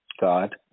God